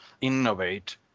innovate